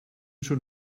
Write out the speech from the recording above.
schon